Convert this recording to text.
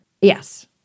yes